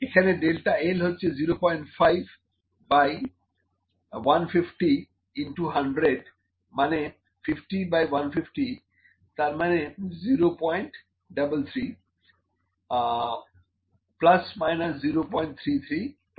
এখানে delta L হচ্ছে 05 by 150 into 100 মানে 50 বাই 150 সমান 033 033